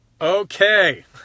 Okay